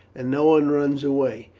and no one runs away.